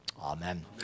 Amen